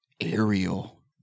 Ariel